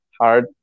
hard